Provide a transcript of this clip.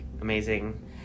amazing